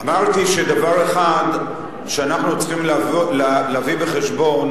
אמרתי שדבר אחד שאנחנו צריכים להביא בחשבון